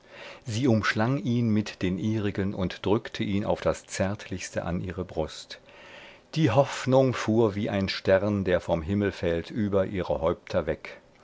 sie umschlang ihn mit den ihrigen und drückte ihn auf das zärtlichste an ihre brust die hoffnung fuhr wie ein stern der vom himmel fällt über ihre häupter weg